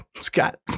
Scott